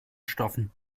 stoffen